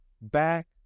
back